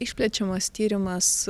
išplečiamas tyrimas